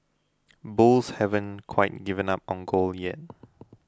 bulls haven't quite given up on gold yet